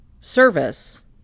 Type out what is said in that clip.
service